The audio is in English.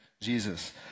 Jesus